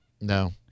No